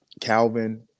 Calvin